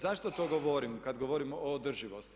Zašto to govorim, kada govorim o održivosti?